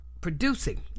producing